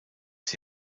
des